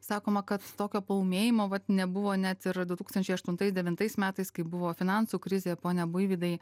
sakoma kad tokio paūmėjimo vat nebuvo net ir du tūkstančiai aštuntais devintais metais kai buvo finansų krizė pone buivydai